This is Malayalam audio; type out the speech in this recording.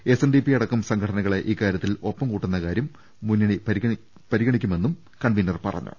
എസ് എൻഡിപി അട്ക്കം സംഘടനകളെ ഇക്കാര്യത്തിൽ ഒപ്പം കൂട്ടുന്ന കാര്യം മുന്നണി പരിഗണിക്കുമെന്നും കൺവീനർ പറഞ്ഞു